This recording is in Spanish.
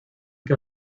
que